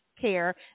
care